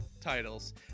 titles